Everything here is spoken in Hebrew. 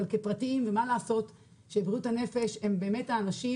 אבל כפרטיים ומה לעשות שאנשי בריאות הנפש הם באמת האנשים